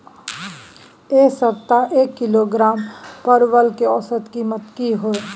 ऐ सप्ताह एक किलोग्राम परवल के औसत कीमत कि हय?